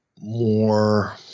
more –